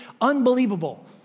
unbelievable